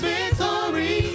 Victory